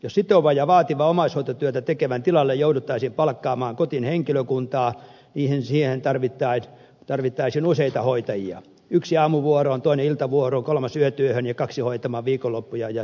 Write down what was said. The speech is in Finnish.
jos sitovaa ja vaativaa omaishoitotyötä tekevän tilalle jouduttaisiin palkkaamaan kotiin henkilökuntaa siihen tarvittaisiin useita hoitajia yksi aamuvuoroon toinen iltavuoroon kolmas yötyöhön ja kaksi hoitamaan viikonloppuja ja sijaisuuksia